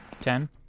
Ten